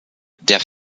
der